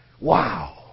Wow